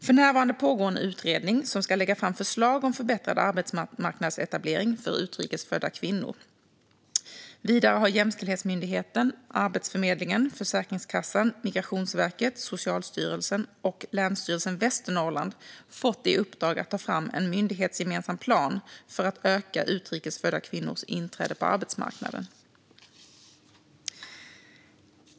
För närvarande pågår en utredning som ska lägga förslag om förbättrad arbetsmarknadsetablering för utrikes födda kvinnor . Vidare har Jämställdhetsmyndigheten, Arbetsförmedlingen Försäkringskassan, Migrationsverket, Socialstyrelsen och Länsstyrelsen Västernorrland fått i uppdrag att ta fram en myndighetsgemensam plan för att öka utrikes födda kvinnors inträde på arbetsmarknaden.